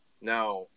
Now